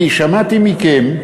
אני שמעתי מכם,